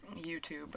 YouTube